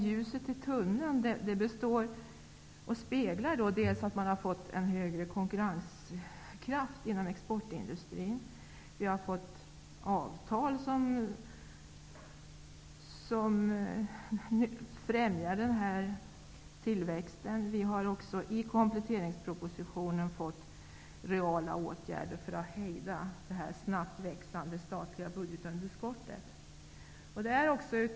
Ljuset i tunneln avspeglas i att det har blivit en större konkurrenskraft inom exportindustrin och att vi har fått avtal som främjar tillväxten. Vi har också i kompletteringspropositionen fått förslag om reala åtgärder för att hejda det snabbt växande statliga budgetunderskottet.